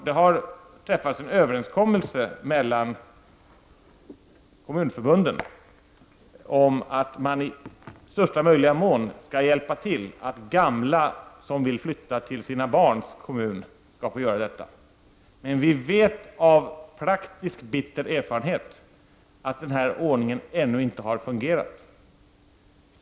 Det har träffats en överenskommelse mellan kommunförbunden om att man i största möjliga mån skall hjälpa gamla som vill flytta till sina barns kommun att göra detta. Vi vet dock av praktisk, bitter erfarenhet att denna ordning ännu inte har fungerat.